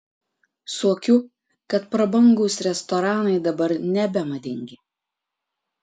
suokiu kad prabangūs restoranai dabar nebemadingi